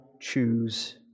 choose